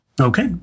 Okay